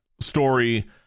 story